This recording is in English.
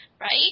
right